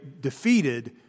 defeated